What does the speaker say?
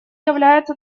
является